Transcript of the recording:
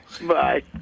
Bye